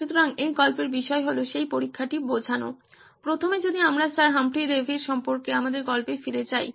সুতরাং এই গল্পের বিষয় হল সেই পরীক্ষাটি বোঝানো প্রথমে যদি আমরা স্যার হামফ্রে ডেভির সম্পর্কে আমার গল্পে ফিরে যাই